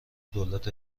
دولت